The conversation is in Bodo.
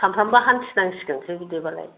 सानफ्रोमबो हान्थिनांसिगोनसो बिदिबालाय